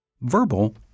Verbal